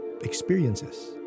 experiences